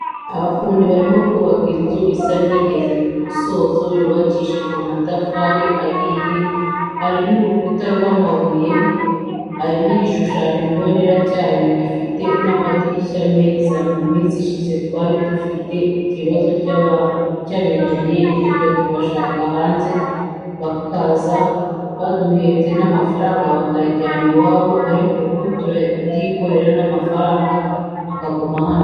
Abafundi barimo kubaka inzu isa nigeze kumusozo yubakishijwe amatafari ahiye hari n'urukuta rwamabuye hari nigishushanyo mbonera cyayo ifite namadirishya meza. muminsi yashize twari dufite ikibazo cyaba engeniyeri tujya kubashaka hanze bakaza baduhenze namafaranga bayajyana iwabo. ariko ubu turabyikorera namafaranga akaguma hano.